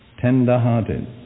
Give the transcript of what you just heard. tender-hearted